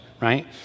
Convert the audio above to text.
right